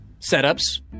Setups